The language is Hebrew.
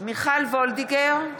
מיכל וולדיגר,